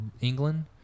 England